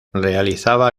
realizaba